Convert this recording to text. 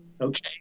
okay